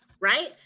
right